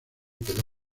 quedó